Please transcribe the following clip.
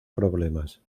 problemas